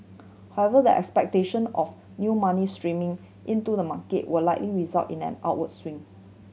however the expectation of new money streaming into the market were likely result in an our swing